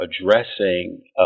addressing